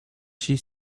she